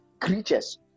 creatures